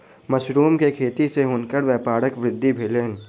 mushroom के खेती सॅ हुनकर व्यापारक वृद्धि भेलैन